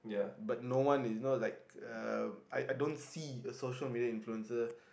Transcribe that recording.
but no one is no like uh I I don't see a social media influencer